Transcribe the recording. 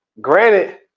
granted